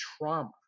trauma